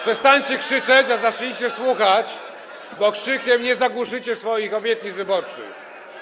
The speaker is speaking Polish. Przestańcie krzyczeć, a zacznijcie słuchać, bo krzykiem nie zagłuszycie [[Gwar na sali, dzwonek]] swoich obietnic wyborczych.